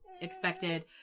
expected